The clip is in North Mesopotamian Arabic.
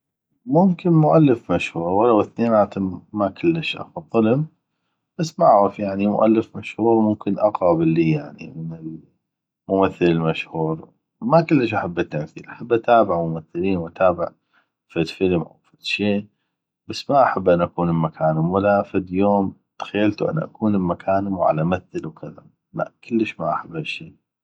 ممكن مؤلف مشهور ولو اثنيناتم ما كلش افضلم بس معغف يعني مؤلف مشهور ممكن اقغب اللي يعني من الممثل المشهور ما كلش احب التمثيل احب اتابع ممثلين واتابع فد فلم او فدشي بس ما احب انو اكون بمكانم ولا فديوم تخيلتو انو اكون بمكانم وعلمثل وكذا لا كلش ما احب هالشي